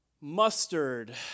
Mustard